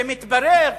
ומתברר